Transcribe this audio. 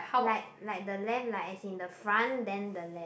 like like the left like as in the front then the left